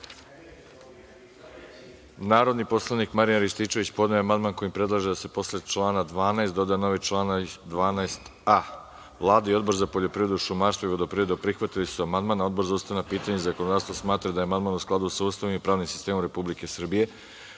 (Ne)Narodni poslanik Marijan Rističević podneo je amandman kojim predlaže da se posle člana 12. doda novi član 12a.Vlada i Odbor za poljoprivredu, šumarstvo i vodoprivredu prihvatili su amandman. Odbor za ustavna pitanja i zakonodavstvo smatra da je amandman u skladu sa Ustavom i pravnim sistemom Republike